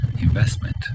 investment